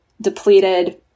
depleted